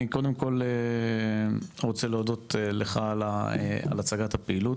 אני קודם כל רוצה להודות לך על הצגת הפעילות.